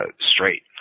straight